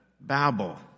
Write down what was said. Babel